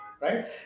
Right